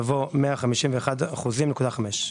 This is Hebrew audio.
יבוא "151.5%".